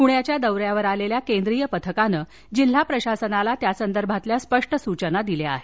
पुण्याच्या दौऱ्यावर आलेल्या केंद्रीय पथकानं जिल्हा प्रशासनाला त्यासंदर्भातील स्पष्ट सूचना दिल्या आहेत